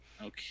Okay